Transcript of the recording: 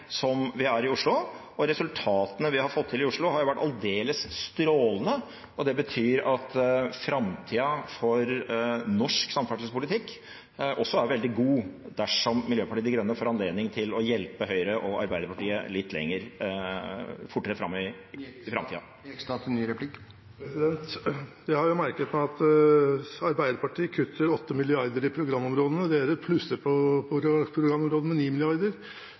som vi er i Oslo, og resultatene vi har fått til i Oslo, har jo vært aldeles strålende. Det betyr at framtida for norsk samferdselspolitikk også er veldig god, dersom Miljøpartiet De Grønne får anledning til å hjelpe Høyre og Arbeiderpartiet litt fortere fram i framtida. Jeg har merket meg at Arbeiderpartiet kutter 8 mrd. kr i programområdene. Miljøpartiet De Grønne plusser på med